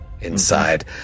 inside